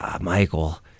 Michael